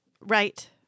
Right